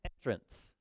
entrance